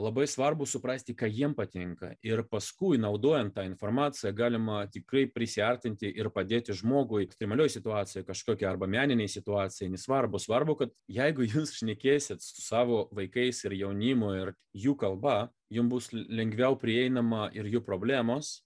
labai svarbu suprasti ka jiems patinka ir paskui naudojant tą informaciją galima tikrai prisiartinti ir padėti žmogui ekstremalioj situacijoj kažkokia arba meninėj situacijoj nesvarbu svarbu kad jeigu jūs šnekėsit su savo vaikais ir jaunimu ir jų kalba jum bus lengviau prieinama ir jų problemos